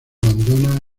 abandona